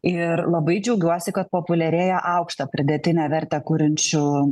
ir labai džiaugiuosi kad populiarėja aukštą pridėtinę vertę kuriančių